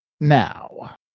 now